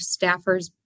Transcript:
staffers